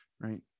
right